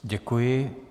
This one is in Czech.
Děkuji.